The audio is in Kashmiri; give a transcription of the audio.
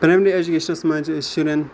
پرٛایمری اٮ۪جوکیشنَس منٛز چھِ أسۍ شُرٮ۪ن